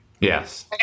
Yes